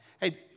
hey